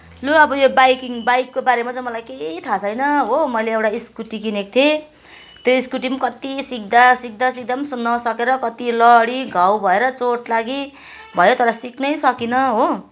लु अब यो बाइकिङ बाइकको बारेमा चाहिँ मलाई केही थाहा छैन हो मैले एउटा स्कुटी किनेको थिएँ त्यो स्कुटी पनि कत्ति सिक्दा सिक्दा सिक्दा पनि नसकेर कत्ति लडी घाउ भएर चोट लागी भयो तर सिक्नै सकिनँ हो